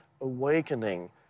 awakening